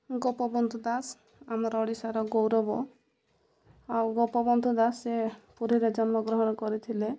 ଗୋପବନ୍ଧୁ ଦାସ ଆମର ଓଡ଼ିଶାର ଗୌରବ ଆଉ ଗୋପବନ୍ଧୁ ଦାସ ସେ ପୁରୀରେ ଜନ୍ମଗ୍ରହଣ କରିଥିଲେ